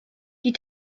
die